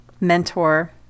mentor